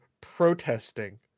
protesting